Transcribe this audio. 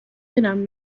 دونم